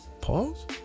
pause